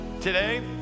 Today